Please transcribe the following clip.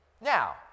Now